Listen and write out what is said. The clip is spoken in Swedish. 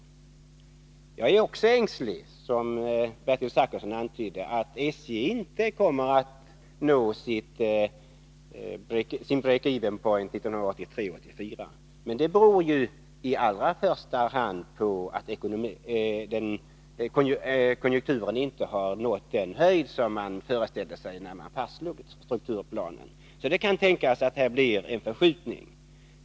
Också jag är ängslig för att SJ, som Bertil Zachrisson antyder, inte kommer att kunna klara problemen under tiden fram till 1983/84, men det beror i allra första hand på att konjunkturen inte har nått den höjd som man föreställde sig när man fastställde konjunkturplanen. Det kan tänkas att det blir en förskjutning.